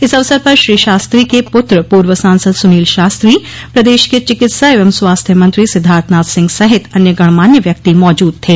इस अवसर पर श्री शास्त्री के पुत्र पूर्व सांसद सुनील शास्त्री प्रदेश के चिकित्सा एवं स्वास्थ्य मंत्री सिद्धार्थनाथ सिंह सहित अन्य गणमान्य व्यक्ति मौजूद थे